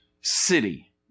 city